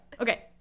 okay